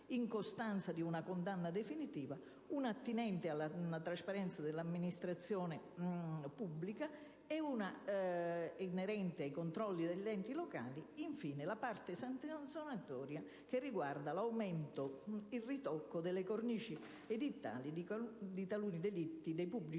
in costanza di una condanna definitiva; la terza attinente alla trasparenza dell'amministrazione pubblica e i controlli degli enti locali e, infine, la quarta, ossia la parte sanzionatoria che riguarda l'aumento e il ritocco delle cornici edittali di taluni delitti dei pubblici